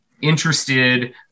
interested